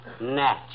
Natch